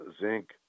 zinc